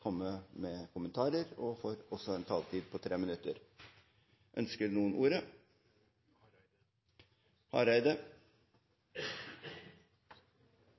komme med kommentarer, og de får også en taletid på inntil 3 minutter.